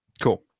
Cool